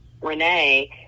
Renee